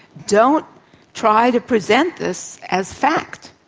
don't try to present this as fact.